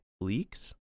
Leaks